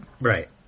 right